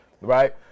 right